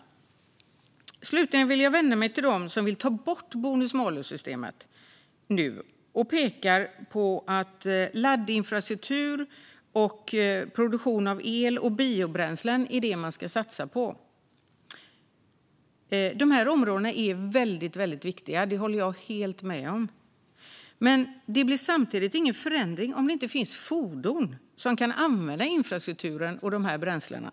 Jag vill slutligen vända mig till dem som nu vill ta bort bonus-malus-systemet och pekar på att laddinfrastruktur och produktion av el och biobränslen är det man ska satsa på. De områdena är väldigt viktiga. Det håller jag helt med om. Men det blir samtidigt ingen förändring om det inte finns fordon som kan använda infrastrukturen och bränslena.